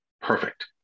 perfect